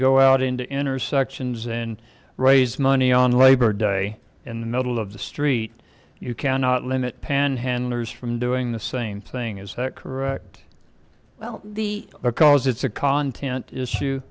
go out into intersections in raise money on labor day in the middle of the street you cannot limit panhandlers from doing the same thing is that correct well the because it's a continent is